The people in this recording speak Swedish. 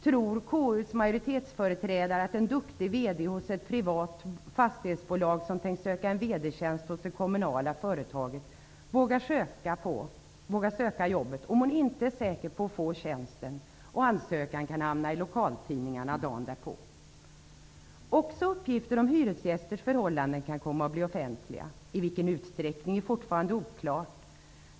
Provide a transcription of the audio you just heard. Tror KU:s majoritetsföreträdare att en duktig VD hos ett privat fastighetsbolag, som tänkt söka en VD-tjänst hos det kommunala företaget, vågar söka jobbet om man inte är säker på att få tjänsten och om ansökan kan hamna i lokaltidningarna dagen därpå? Också uppgifter om hyresgästers förhållanden kan komma att bli offentliga. I vilken utsträckning är fortfaranade oklart.